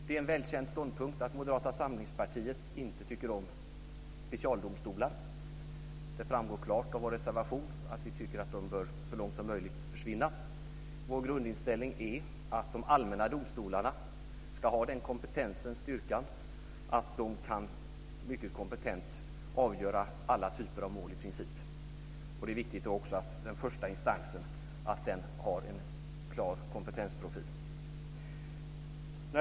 Det är en välkänd ståndpunkt att Moderata samlingspartiet inte tycker om specialdomstolar. Det framgår klart av vår reservation att vi tycker att de så långt som möjligt bör försvinna. Vår grundinställning är att de allmänna domstolarna ska ha den kompetensen och styrkan att de mycket kompetent kan avgöra i princip alla typer av mål. Det är också viktigt att den första instansen har en klar kompetensprofil.